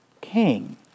king